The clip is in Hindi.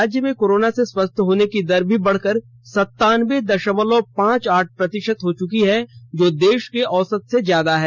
राज्य में कोरोना से स्वस्थ होने की दर भी बढकर संतान्बे दशमलव पांच आठ प्रतिशत हो चुकी है जो देश के औसत से ज्यादा है